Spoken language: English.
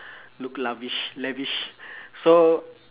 look lavish lavish so